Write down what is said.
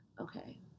okay